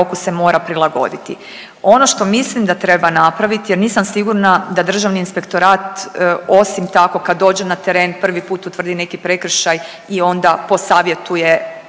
Ono što mislim da treba napraviti jer nisam sigurna da Državni inspektorat osim tako kad dođe na teren, prvi put utvrdi neki prekršaj i onda posavjetuje